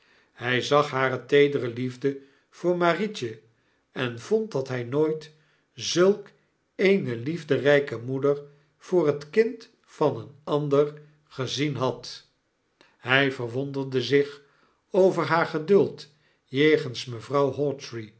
hij zag hare teedere liefde voor marietje en vond dat hij nooit zulk eene liefderyke moeder voor het kind van een ander gezien had hij verwonderde zich over haar geduld jegens mevrouw